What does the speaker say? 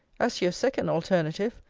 as to your second alternative,